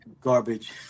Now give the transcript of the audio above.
garbage